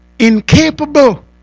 Incapable